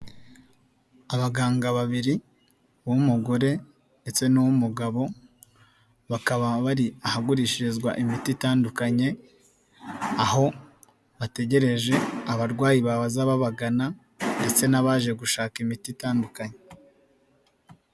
Abaganga babiri uw'umugore ndetse n'uw'umugabo, bakaba bari ahagurishirizwa imiti itandukanye aho bategereje abarwayi baza babagana ndetse n'abaje gushaka imiti itandukanye.